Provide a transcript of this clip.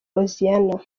hoziyana